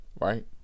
Right